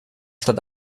statt